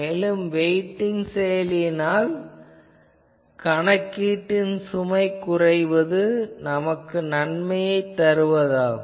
மேலும் வெய்ட்டிங் செயலியால் கணக்கீட்டின் சுமை குறைவது நன்மை தருவதாகும்